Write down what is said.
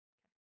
Okay